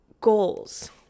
goals